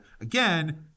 again